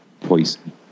Poison